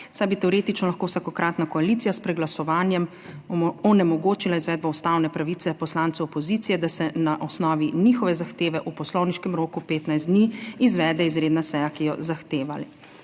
saj bi teoretično lahko vsakokratna koalicija s preglasovanjem onemogočila izvedbo ustavne pravice poslancem opozicije, da se na osnovi njihove zahteve v poslovniškem roku 15 dni, izvede izredna seja, ki jo zahteva,